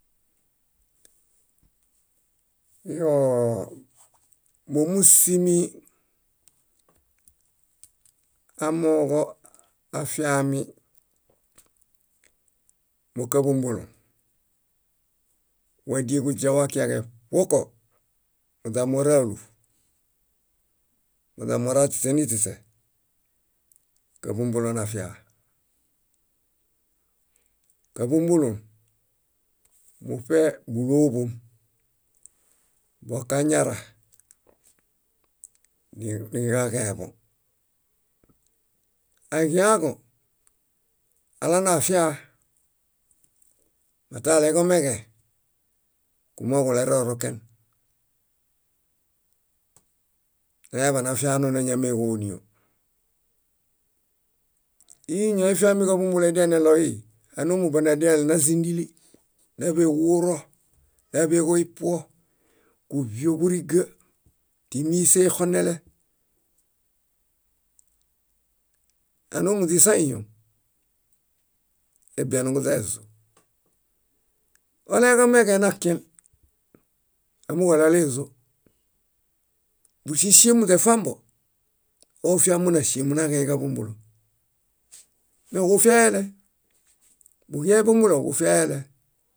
. Iyoo mómusimi amooġo afiami mókaḃombolõ, wa díe kuźawa kiaġe ṗoko moźamora óluḃ, moźamora śiśeniśiśe, káḃombolõ nafia. Káḃombolõ muṗe búlooḃom. Bokañara, niġaġẽḃõ. Aġiãġõ alanafia mata aleġomeġẽ kumooġo kuleroroken. Añaḃanafiaanoo náñameġonio. Íi ñóefiamiġaḃombolõ edialeneɭoi, ánoomu bonadiale názindili? Náḃeġuwuro, náḃeġo ipuo, kúḃioġuriga tímiise ixonele? Ánoomu źisaĩyom? Debianuġudiaezu. Oleġomeġẽ nakiẽl; amooġo aɭale zó. Búŝiŝimuźe fambo, ofia mónaŝimu naġẽġaḃombolõ. Meġufiele, buġiã éḃombolõ.